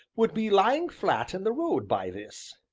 would be lying flat in the road, by this.